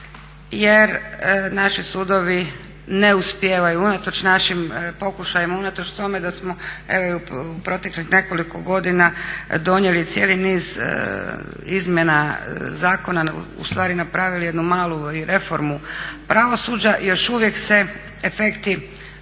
jer naši sudovi ne uspijevaju unatoč našim pokušajima, unatoč tome da smo evo i u proteklih nekoliko godina donijeli cijeli niz izmjena zakona, ustvari napravili jednu malu i reformu pravosuđa, još uvijek se efekti